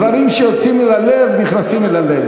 דברים שיוצאים מן הלב נכנסים אל הלב.